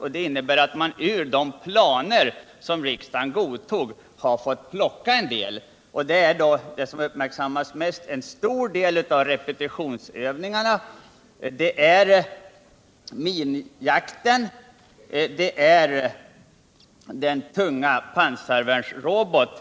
Och det innebär att man har fått plocka en del ur de planer som riksdagen godtog. Det som uppmärksammats mest av detta är en stor del av repetitionsövningarna, minjakten och den tunga pansarvärnsroboten.